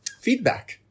feedback